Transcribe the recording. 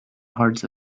parts